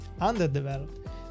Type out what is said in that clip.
underdeveloped